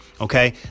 Okay